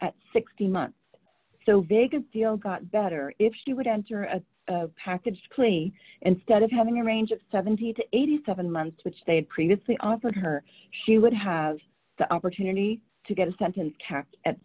at sixteen months so big a deal got better if you would enter a package plea instead of having a range of seventy to eighty seven months which they had previously offered her she would have the opportunity to get a sentence ca